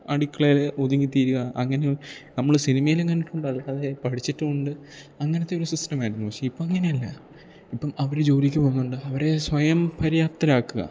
അടുക്കളയിൽ ഒതുങ്ങി തീരുക അങ്ങനെ നമ്മൾ സിനിമയിലും കണ്ടിട്ടുണ്ട് അല്ലാതെ പഠിച്ചിട്ടും ഉണ്ട് അങ്ങനെത്തെ ഒരു സിസ്റ്റമായിരുന്നു പക്ഷേ ഇപ്പം അങ്ങനെയല്ല ഇപ്പം അവർ ജോലിക്ക് പോവുന്നുണ്ട് അവരെ സ്വയം പര്യാപ്തരാക്കുക